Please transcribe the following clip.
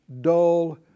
dull